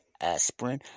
aspirin